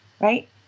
Right